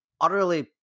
utterly